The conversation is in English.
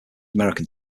american